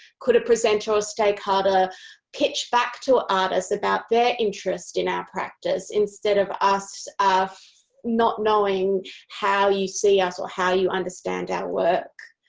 could a presenter or stakeholder pitch back to artists about their interests in our practice, instead of us not knowing how you see us or how you understand our work?